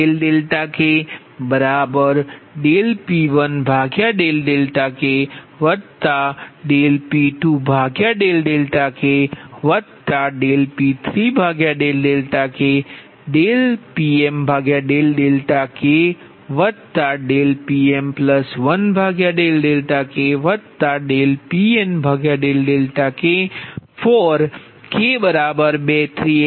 Pnk for k23n આ રીતે તે લખી શકાય છે